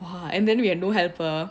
!wah! and then we have no helper